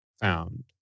found